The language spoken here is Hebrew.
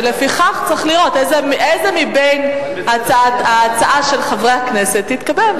ולפיכך צריך לראות איזה מבין ההצעות של חברי הכנסת תתקבל,